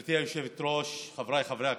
גברתי היושבת-ראש, חבריי חברי הכנסת,